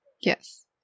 Yes